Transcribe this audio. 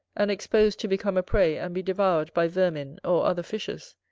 and exposed to become a prey and be devoured by vermin or other fishes.